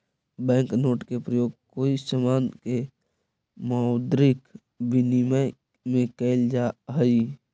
bank note के प्रयोग कोई समान के मौद्रिक विनिमय में कैल जा हई